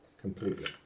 completely